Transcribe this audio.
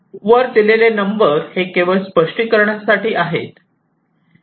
वर दिलेले नंबर हे केवळ स्पष्टीकरणा साठी आहे